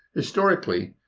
historically,